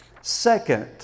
Second